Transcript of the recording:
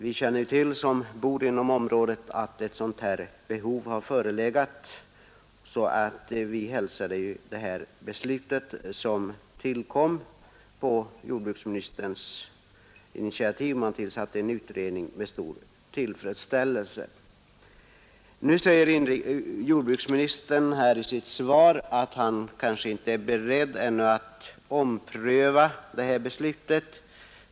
Vi som bor inom området känner till att ett sådant behov har förelegat, så vi hälsade det beslut som tillkom på jordbruksministerns initiativ — han tillsatte en utredning — med stor tillfredställelse. Nu säger jordbruksministern i sitt svar att han kanske inte ännu är beredd att ompröva det här beslutet.